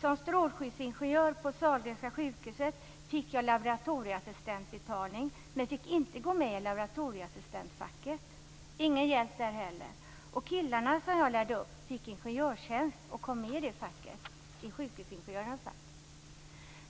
Som strålskyddsingenjör på Sahlgrenska sjukhuset fick jag laboratorieassistentbetalning men jag fick inte gå med i laboratorieassistentfacket - ingen hjälp där heller. De killar som jag lärde upp fick ingenjörstjänst och kom med i sjukhusingenjörernas fack.